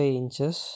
inches